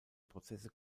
prozesse